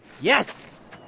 yes